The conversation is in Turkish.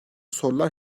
sorular